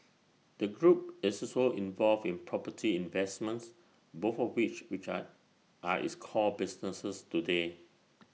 the group is also involved in property investments both of which which are are its core businesses today